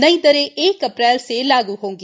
नई दरे एक अप्रैल से लागू होंगी